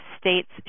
state's